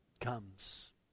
comes